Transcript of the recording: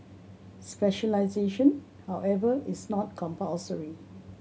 specialisation however is not compulsory